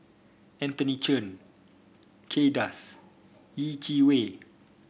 Anthony Chen Kay Das Yeh Chi Wei